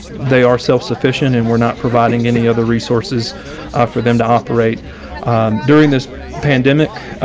they are self sufficient and we're not providing any other resources for them to operate during this pandemic.